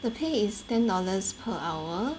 the pay is ten dollars per hour